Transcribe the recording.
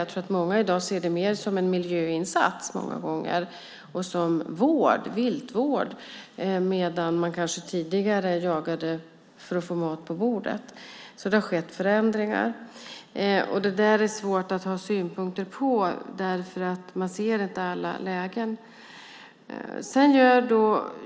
Jag tror att många i dag ser det mer som en miljöinsats och som viltvård, medan man tidigare jagade för att få mat på bordet. Det har alltså skett förändringar. Detta är svårt att ha synpunkter på, eftersom man inte ser alla lägen.